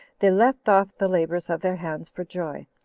they left off the labors of their hands for joy,